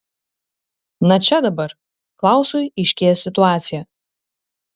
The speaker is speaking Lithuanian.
na čia dabar klausui aiškėja situacija